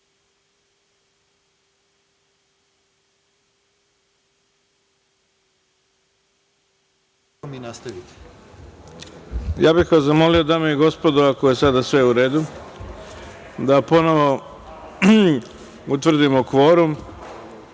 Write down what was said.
bih vas, dame i gospodo, ako je sada sve u redu, da ponovo utvrdimo kvorum.